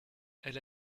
elle